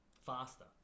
faster